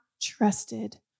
trusted